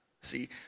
See